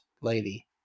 lady